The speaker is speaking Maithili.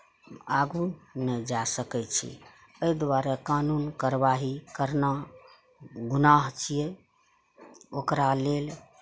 आगू नहि जाए सकैत छी एहि दुआरे कानून करवाही करना गुनाह छियै ओकरा लेल